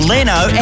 Leno